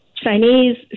Chinese